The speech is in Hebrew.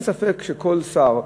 אין ספק שכל שר,